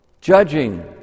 judging